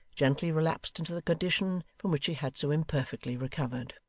gently relapsed into the condition from which he had so imperfectly recovered.